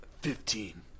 Fifteen